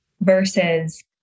versus